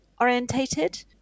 orientated